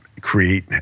create